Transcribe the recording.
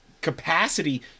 capacity